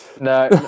No